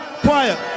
Quiet